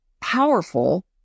powerful